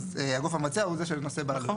אז הגוף המבצע הוא זה שנושא בעלויות,